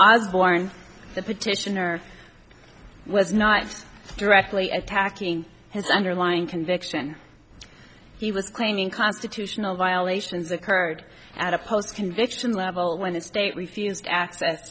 was born the petitioner was not directly attacking his underlying conviction he was claiming constitutional violations occurred at a post conviction level when the state refused access